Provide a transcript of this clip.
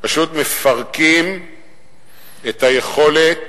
פשוט מפרקים את היכולת